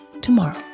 tomorrow